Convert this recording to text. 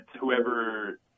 whoever